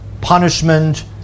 punishment